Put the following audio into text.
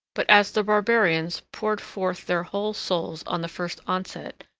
but as the barbarians poured forth their whole souls on the first onset,